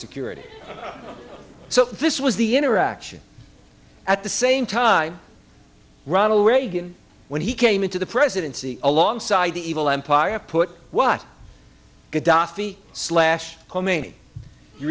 security so this was the interaction at the same time ronald reagan when he came into the presidency alongside the evil empire put what gadhafi slash khomeini you